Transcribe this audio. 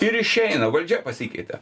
ir išeina valdžia pasikeitė